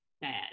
bad